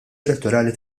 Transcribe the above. elettorali